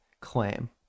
claim